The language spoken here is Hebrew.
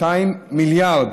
200 מיליארד,